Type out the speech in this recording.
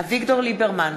אביגדור ליברמן,